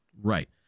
Right